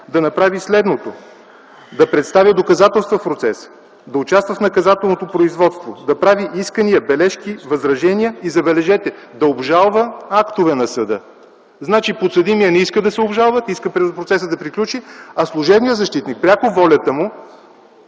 да направи следното: да представя доказателства в процеса, да участва в наказателното производство, да прави искания, бележки, възражения, и забележете – да обжалва актове на съда?! Значи, подсъдимият не иска да се обжалва, иска процесът да приключи, а служебният защитник пряко волята му